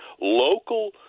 local